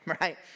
right